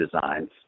designs